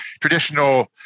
traditional